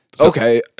Okay